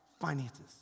finances